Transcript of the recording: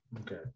Okay